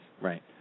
Right